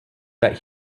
that